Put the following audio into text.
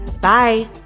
bye